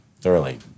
thoroughly